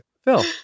Phil